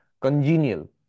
congenial